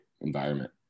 environment